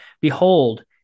behold